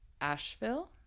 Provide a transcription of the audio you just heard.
Asheville